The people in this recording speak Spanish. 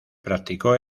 practicó